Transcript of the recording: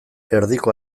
erdiko